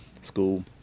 school